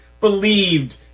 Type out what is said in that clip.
believed